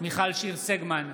מיכל שיר סגמן,